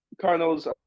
Cardinals